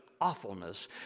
awfulness